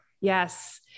yes